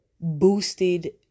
boosted